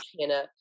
Hannah